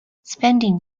spending